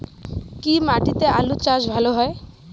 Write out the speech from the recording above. কি মাটিতে আলু চাষ ভালো হয়?